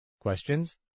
Questions